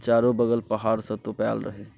चारो बगल पहाड़सँ तोपल रहै